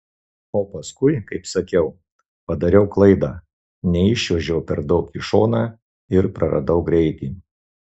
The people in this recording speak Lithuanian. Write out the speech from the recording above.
o paskui kaip sakiau padariau klaidą neiščiuožiau per daug į šoną ir praradau greitį